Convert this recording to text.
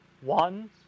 one